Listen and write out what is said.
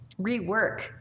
rework